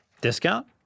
Discount